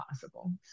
possible